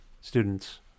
students